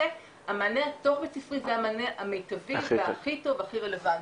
זה המענה הכי טוב והכי רלוונטי.